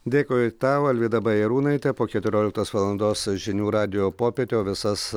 dėkui tau alvyda bajarūnaitė po keturioliktos valandos žinių radijo popietė o visas